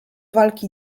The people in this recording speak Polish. walki